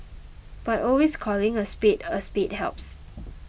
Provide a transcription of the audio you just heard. but always calling a spade a spade helps